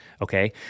okay